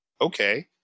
Okay